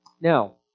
Now